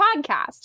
podcast